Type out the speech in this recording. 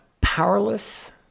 powerless